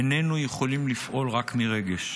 איננו יכולים לפעול רק מרגש.